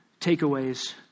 takeaways